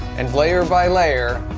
and layer by layer,